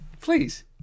Please